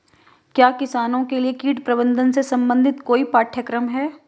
क्या किसानों के लिए कीट प्रबंधन से संबंधित कोई पाठ्यक्रम है?